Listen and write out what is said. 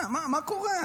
מה קורה?